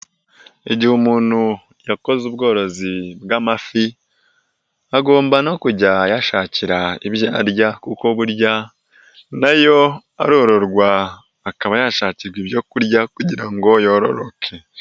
Igihe umuntu yakoze ubworozi bw'amafi, agomba no kujya ayashakira ibyo arya kuko burya nayo arororwa akaba yashakirwa ibyo kurya kugira ngo yororoke.